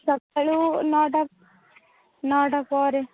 ସକାଳୁ ନଅଟା ନଅଟା ପରେ